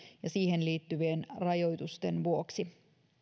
ja siihen liittyvien rajoitusten vuoksi